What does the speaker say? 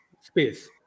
space